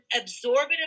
absorbent